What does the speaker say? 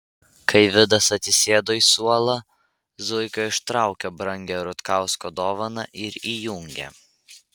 kai vidas atsisėdo į suolą zuika ištraukė brangią rutkausko dovaną ir įjungė